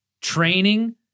training